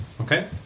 Okay